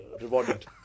rewarded